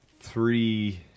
three